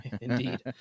indeed